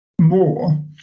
more